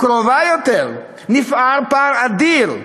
קרובה יותר: נפער פער אדיר,